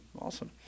Awesome